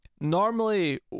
normally